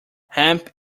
hemp